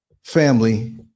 family